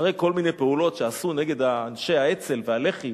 אחרי כל מיני פעולות שעשו נגד אנשי האצ"ל והלח"י,